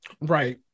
Right